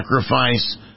sacrifice